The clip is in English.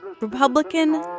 Republican